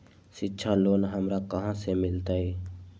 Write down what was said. शिक्षा लोन हमरा कहाँ से मिलतै?